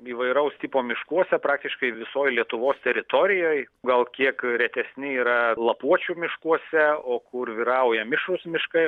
įvairaus tipo miškuose praktiškai visoj lietuvos teritorijoj gal kiek retesni yra lapuočių miškuose o kur vyrauja mišrūs miškai